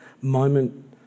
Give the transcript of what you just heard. moment